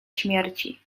śmierci